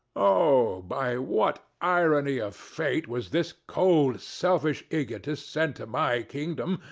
oh, by what irony of fate was this cold selfish egotist sent to my kingdom,